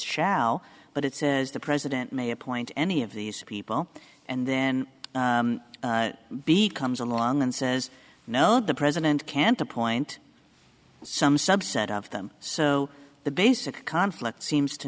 shall but it says the president may appoint any of these people and then b comes along and says no the president can't appoint some subset of them so the basic conflict seems to